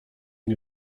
nie